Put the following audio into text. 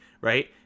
right